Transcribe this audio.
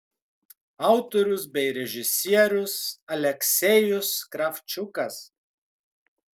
autorius bei režisierius aleksejus kravčiukas